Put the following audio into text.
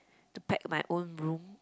to pack my own room